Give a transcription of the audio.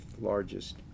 largest